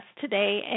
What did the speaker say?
today